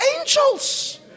angels